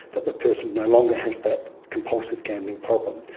that the person no longer has that compulsive gambling problem.